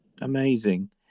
Amazing